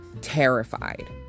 terrified